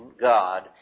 God